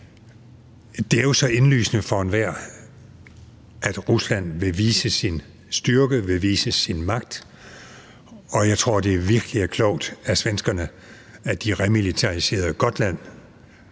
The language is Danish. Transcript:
Det er jo så indlysende for enhver, at Rusland vil vise sin styrke, vil vise sin magt. Og jeg tror, at det virkelig var klogt af svenskerne, at de remilitariserede Gotland,